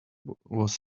was